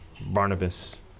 Barnabas